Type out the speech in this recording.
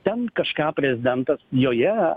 ten kažką prezidentas joje